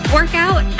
Workout